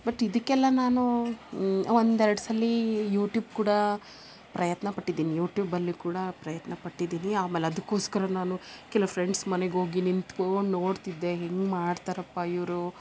but ಇದಿಕ್ಕೆಲ್ಲ ನಾನು ಒಂದೆರಡು ಸಲಿ ಯೂಟ್ಯೂಬ್ ಕೂಡ ಪ್ರಯತ್ನ ಪಟ್ಟಿದ್ದೀನಿ ಯೂಟ್ಯೂಬಲ್ಲಿ ಕೂಡ ಪ್ರಯತ್ನ ಪಟ್ಟಿದ್ದೀನಿ ಆಮೇಲೆ ಅದಕ್ಕೋಸ್ಕರ ನಾನು ಕೆಲವು ಫ್ರೆಂಡ್ಸ್ ಮನೆಗೋಗಿ ನಿಂತ್ಕೋಂಡು ನೋಡ್ತಿದ್ದೆ ಹೆಂಗೆ ಮಾಡ್ತಾರಪ್ಪ ಇವರು